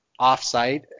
offsite